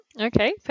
Okay